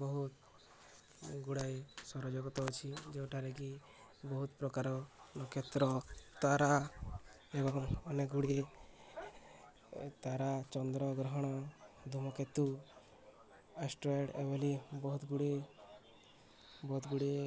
ବହୁତ ଗୁଡ଼ାଏ ସୌରଜଗତ ଅଛି ଯେଉଁଠାରେ କି ବହୁତ ପ୍ରକାର ନକ୍ଷତ୍ର ତାରା ଏବଂ ଅନେକ ଗୁଡ଼ିଏ ତାରା ଚନ୍ଦ୍ରଗ୍ରହଣ ଧୁମକେତୁ ଆଷ୍ଟ୍ରଏଡ଼୍ ଏଭ ବୋଲି ବହୁତ ଗୁଡ଼ିଏ ବହୁତ ଗୁଡ଼ିଏ